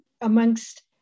amongst